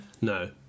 no